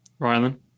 rylan